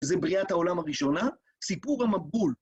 זה בריאת העולם הראשונה, סיפור המבול.